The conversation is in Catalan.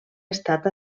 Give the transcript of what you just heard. estat